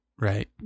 right